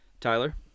Tyler